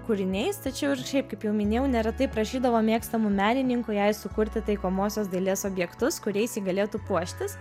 kūriniais tačiau ir šiaip kaip jau minėjau neretai prašydavo mėgstamų menininkų jai sukurti taikomosios dailės objektus kuriais ji galėtų puoštis